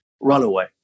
Runaway